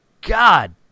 God